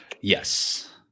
yes